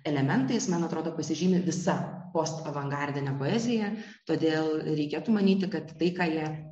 elementais man atrodo pasižymi visa postavangardinė poezija todėl reikėtų manyti kad tai ką jie